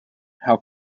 how